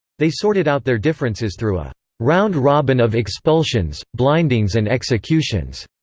they sorted out their differences through a round robin of expulsions, blindings and executions,